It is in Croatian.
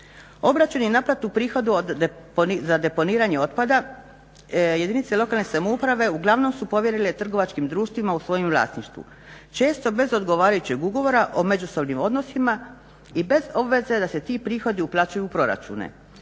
Obračun i naplate prihoda za deponiranje otpada jedinice lokalne samouprave uglavnom su povjerile trgovačkim društvima u svojem vlasništvu. Često bez odgovarajućeg ugovora o međusobnim odnosima i bez obveze da se ti prihodi uplaćuju u proračune